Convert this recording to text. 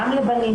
גם לבנים,